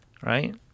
right